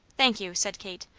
thank you, said kate.